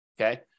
Okay